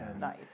Nice